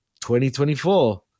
2024